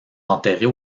enterrées